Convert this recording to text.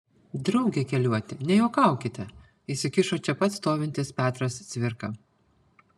drauge keliuoti nejuokaukite įsikišo čia pat stovintis petras cvirka